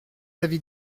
l’avis